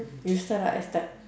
you start or I start